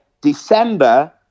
december